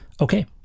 okay